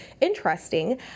interesting